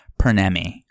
pernemi